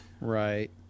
Right